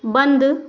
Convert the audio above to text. बंद